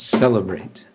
celebrate